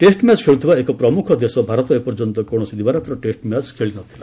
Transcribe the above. test match ଖେଳୁଥିବା ଏକ ପ୍ରମୁଖ ଦେଶ ଭାରତ ଏପର୍ଯ୍ୟନ୍ତ କୌଣସି ଦିବାରାତ୍ର ଟେଷ୍ଟ ମ୍ୟାଚ୍ ଖେଳି ନ ଥିଲା